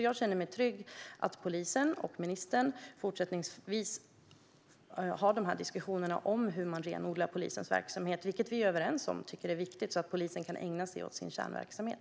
Jag känner mig trygg med att polisen och ministern även i fortsättningen kommer att ha dessa diskussioner om hur man ska renodla polisens verksamhet, vilket vi är överens om är viktigt, så att polisen kan ägna sig åt sin kärnverksamhet.